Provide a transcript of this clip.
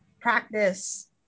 practice